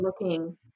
looking